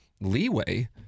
leeway